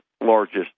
largest